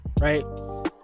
Right